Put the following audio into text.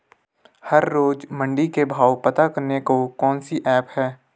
हर रोज़ मंडी के भाव पता करने को कौन सी ऐप है?